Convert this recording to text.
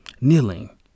Kneeling